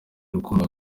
urukundo